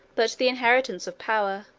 but the inheritance of power,